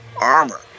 armor